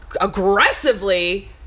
aggressively